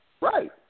right